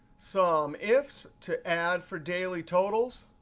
so sumifs to add for daily totals.